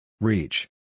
Reach